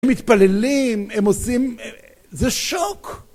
הם מתפללים, הם עושים... זה שוק!